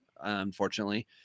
unfortunately